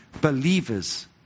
believers